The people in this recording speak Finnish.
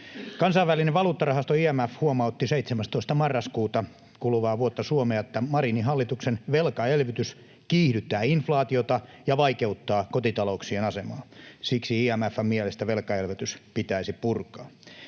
Kansainvälinen valuuttarahasto IMF huomautti 17. marraskuuta kuluvaa vuotta Suomea, että Marinin hallituksen velkaelvytys kiihdyttää inflaatiota ja vaikeuttaa kotita-louksien asemaa. Siksi IMF:n mielestä velkaelvytys pitäisi purkaa.